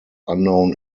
unknown